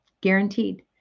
Guaranteed